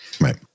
Right